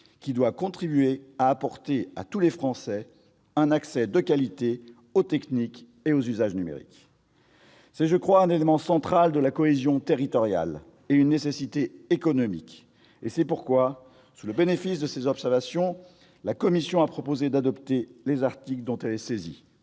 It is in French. qui doit contribuer à apporter à tous les Français un accès de qualité aux techniques et aux usages numériques. C'est, je crois, un élément central de la cohésion territoriale et une nécessité économique. Sous le bénéfice de ces observations, la commission vous propose, mes chers collègues, d'adopter les articles dont elle est saisie.